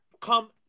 come